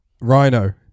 Rhino